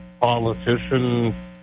politician